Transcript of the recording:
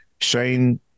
Shane